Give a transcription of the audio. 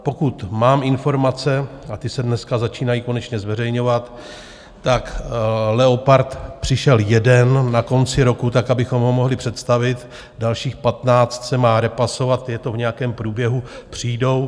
Pokud mám informace, a ty se dneska začínají konečně zveřejňovat, tak Leopard přišel jeden na konci roku, tak abychom ho mohli představit, dalších 15 se má repasovat, je to v nějakém průběhu, přijdou.